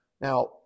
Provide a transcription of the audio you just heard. Now